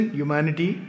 humanity